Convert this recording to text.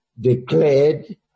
declared